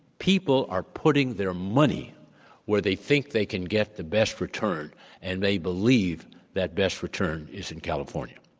people are putting their money where they think they can get the best return and they believe that best return is in california.